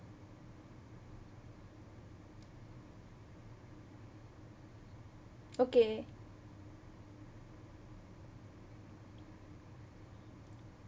okay